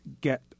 get